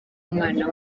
umwana